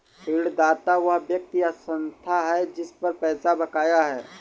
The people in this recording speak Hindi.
ऋणदाता वह व्यक्ति या संस्था है जिस पर पैसा बकाया है